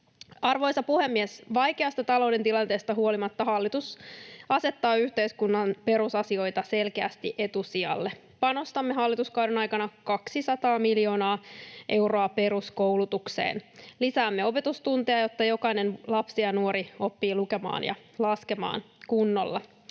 Arvoisa puhemies! Vaikeasta talouden tilanteesta huolimatta hallitus asettaa yhteiskunnan perusasioita selkeästi etusijalle. Panostamme hallituskauden aikana 200 miljoonaa euroa peruskoulutukseen. Lisäämme opetustunteja, jotta jokainen lapsi ja nuori oppii lukemaan ja laskemaan kunnolla.